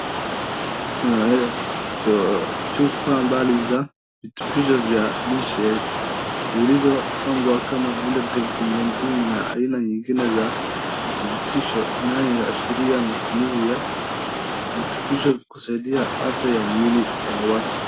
Naona chupa mbalimbali za virutubisho vya lishe, zilizopangwa kama vile vya vitamin D na aina nyingine za viturubisho inayoashiria matumizi ya virutubisho vya kusaidia afya ya mwili ya watu.